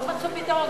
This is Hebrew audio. לא מצאו פתרון.